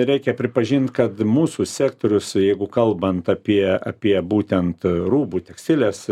reikia pripažint kad mūsų sektorius jeigu kalbant apie apie būtent rūbų tekstilės